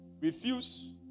Refuse